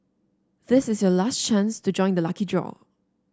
this is your last chance to join the lucky draw